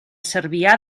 cervià